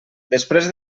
després